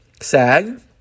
SAG